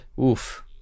Oof